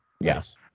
Yes